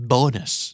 Bonus